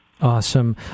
Awesome